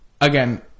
again